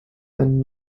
einen